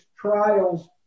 trials